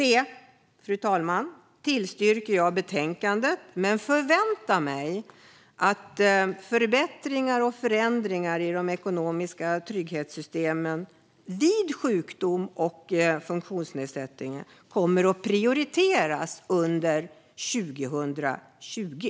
Jag yrkar bifall till förslaget i betänkandet men förväntar mig att förbättringar och förändringar i de ekonomiska trygghetssystemen vid sjukdom och funktionsnedsättning kommer att prioriteras under 2020.